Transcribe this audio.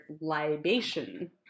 libation